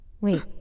Wait